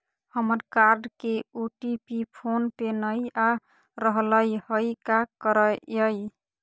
हमर कार्ड के OTP phone पे नई आ रहलई हई, का करयई?